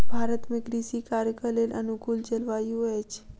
भारत में कृषि कार्यक लेल अनुकूल जलवायु अछि